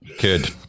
Good